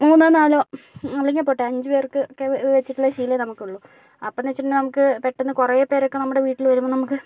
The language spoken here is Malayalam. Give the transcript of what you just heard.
മൂന്നോ നാലോ അല്ലെങ്കിൽ പോട്ടെ അഞ്ച് പേർക്കൊക്കെ വെച്ചിട്ടുള്ള ശീലമേ നമുക്കുള്ളൂ അപ്പം എന്നു വെച്ചിട്ടുണ്ടെങ്കിൽ നമുക്ക് പെട്ടെന്ന് കുറേ പേരൊക്കെ നമ്മുടെ വീട്ടിൽ വരുമ്പോൾ നമുക്ക്